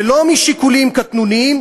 ולא משיקולים קטנוניים,